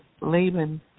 Laban